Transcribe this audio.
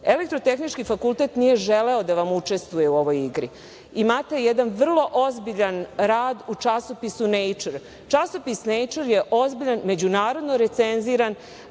biološkog fakulteta. ETF nije želeo da vam učestvuje u ovoj igri. Imate jedan vrlo ozbiljan rad u časopisu „Nature“. Časopis „Nature“ je ozbiljan međunarodno recenziran